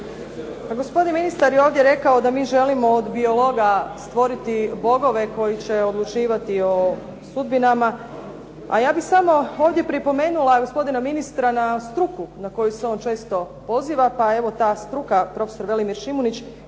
Pa gospodin ministar je ovdje rekao da mi želimo od biologa stvoriti bogove koji će odlučivati o sudbinama, a ja bih samo ovdje pripomenula gospodina ministra na struku na koju se on često poziva, pa evo ta struka, prof. Velimir Šimunić,